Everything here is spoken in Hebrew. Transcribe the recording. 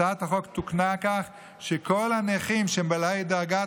הצעת החוק תוקנה כך שכל הנכים בעלי דרגת